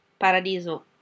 Paradiso